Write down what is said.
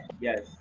Yes